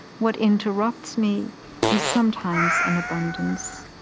what interrupts me is sometimes an abundance.